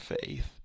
faith